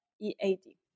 E-A-D